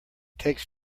takes